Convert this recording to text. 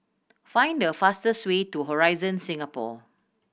find the fastest way to Horizon Singapore